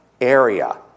area